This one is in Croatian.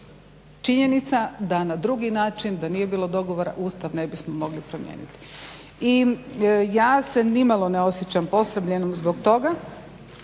činjenica da na drugi način da nije bilo dogovora Ustav ne bismo mogli promijeniti. I ja se nimalo ne osjećam posramljenom zbog toga.